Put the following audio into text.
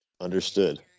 Understood